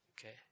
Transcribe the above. Okay